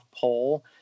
poll